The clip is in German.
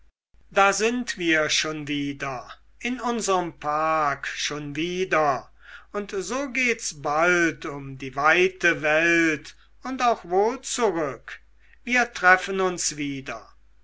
da sind wir schon wieder in unserm park schon wieder und so geht's bald um die weite welt und auch wohl zurück wir treffen uns wieder